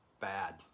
bad